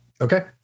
Okay